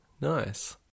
nice